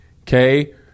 okay